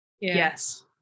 Yes